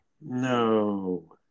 No